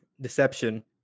deception